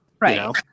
Right